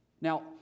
Now